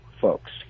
folks